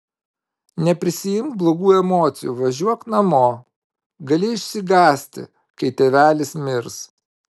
neprisiimk blogų emocijų važiuok namo gali išsigąsti kai tėvelis mirs